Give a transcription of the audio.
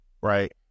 right